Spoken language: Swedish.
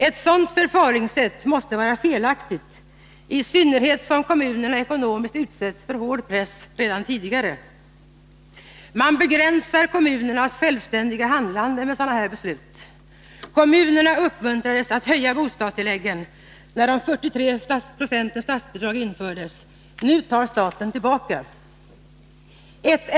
Ett sådant förfaringssätt måste vara felaktigt, i synnerhet som kommunerna ekonomiskt utsätts för hård press redan tidigare. Med sådana beslut begränsar man kommunernas självständiga handlande. Kommunerna uppmuntrades att höja bostadstilläggen när 43 94 i statsbidrag infördes. Nu tar staten tillbaka detta.